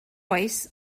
oes